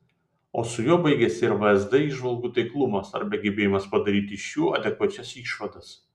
o su juo baigiasi ir vsd įžvalgų taiklumas arba gebėjimas padaryti iš jų adekvačias išvadas